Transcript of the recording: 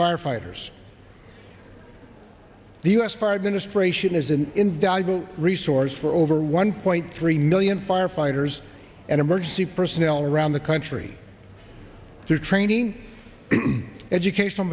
firefighters the u s five ministration is an invaluable resource for over one point three million firefighters and emergency personnel around the country through training educational